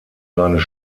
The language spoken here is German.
seines